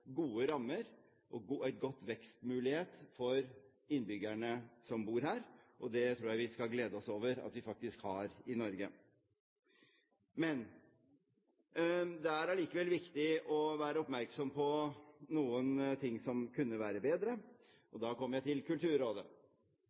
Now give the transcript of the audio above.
gode rammer og gode vekstmuligheter for innbyggerne som bor der. Det tror jeg vi skal glede oss over at vi faktisk har i Norge. Det er allikevel viktig å være oppmerksom på noen ting som kunne være bedre. Da kommer jeg til Kulturrådet.